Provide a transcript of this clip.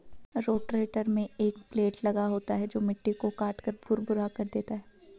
rotator में एक blade लगा होता है जो मिट्टी को काटकर भुरभुरा कर देता है